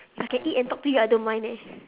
if I can eat and talk to you I don't mind eh